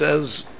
says